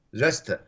rest